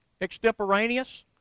extemporaneous